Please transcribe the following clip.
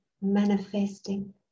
manifesting